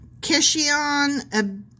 Kishion